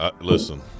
listen